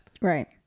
Right